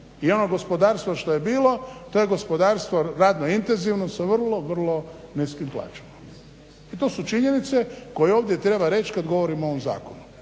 I ono gospodarstvo što je bilo to je gospodarstvo radno intenzivno sa vrlo, vrlo niskim plaćama. I to su činjenice koje ovdje treba reći kad govorimo o ovom zakonu